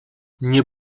nie